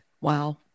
Wow